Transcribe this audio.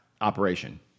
operation